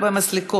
(הגדלת הריבית המיוחדת והוספת ביטוחים אישיים),